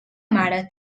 mare